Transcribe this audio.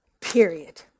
period